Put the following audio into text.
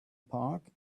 park